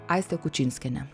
aiste kučinskiene